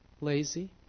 Lazy